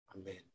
Amen